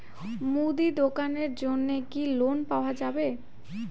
মুদি দোকানের জন্যে কি লোন পাওয়া যাবে?